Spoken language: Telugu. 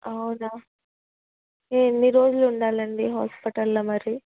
అవునాా ఎన్ని రోజులు ఉండాలండి హాస్పిటల్లో మరి